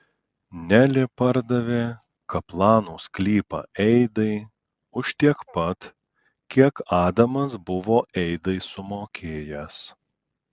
nelė pardavė kaplanų sklypą eidai už tiek pat kiek adamas buvo eidai sumokėjęs